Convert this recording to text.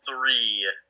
three